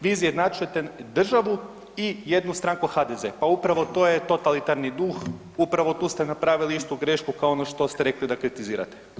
Vi izjednačujete državu i jednu stranku HDZ pa upravo to je totalitarni duh, upravo tu ste napravili istu grešku kao ono što ste rekli da kritizirate.